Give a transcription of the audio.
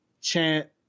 chant